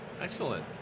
excellent